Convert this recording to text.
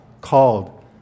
called